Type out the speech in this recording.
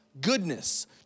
goodness